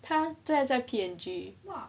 他现在在 P&G